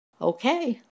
Okay